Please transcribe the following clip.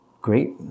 great